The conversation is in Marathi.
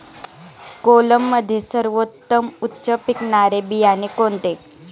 कोलममध्ये सर्वोत्तम उच्च पिकणारे बियाणे कोणते?